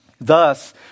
Thus